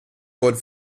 wurden